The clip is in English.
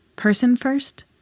person-first